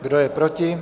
Kdo je proti?